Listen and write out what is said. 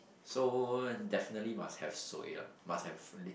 so definitely must have soya must have leap